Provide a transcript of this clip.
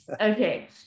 okay